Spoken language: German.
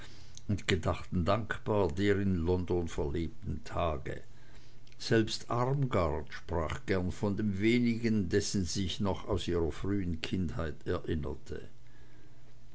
und gedachten dankbar der in london verlebten tage selbst armgard sprach gern von dem wenigen dessen sie sich noch aus ihrer frühen kindheit her erinnerte